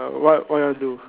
what what you want do